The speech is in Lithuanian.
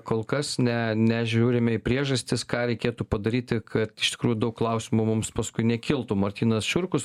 kol kas ne nežiūrim į priežastis ką reikėtų padaryti kad iš tikrųjų daug klausimų mums paskui nekiltų martynas šiurkus